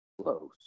Close